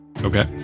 Okay